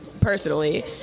personally